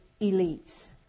elites